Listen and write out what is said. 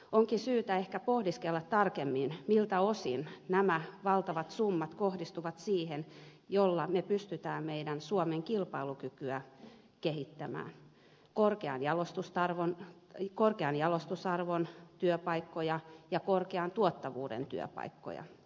onkin syytä ehkä pohdiskella tarkemmin miltä osin nämä valtavat summat kohdistuvat siihen millä me pystymme suomen kilpailukykyä kehittämään korkean jalostusarvon työpaikkoihin ja korkean tuottavuuden työpaikkoihin